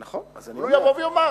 נכון, אז אני אומר,